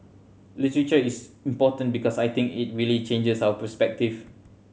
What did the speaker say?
literature is important because I think it really changes our perspective